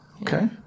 Okay